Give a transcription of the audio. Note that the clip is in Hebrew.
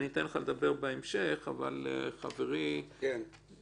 אני אתן לך לדבר בהמשך אבל חבר הכנסת